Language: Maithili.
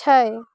छै